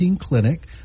Clinic